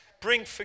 bring